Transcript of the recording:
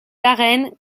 arènes